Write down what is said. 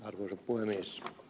arvoisa puhemies